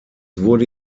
wurde